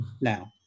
now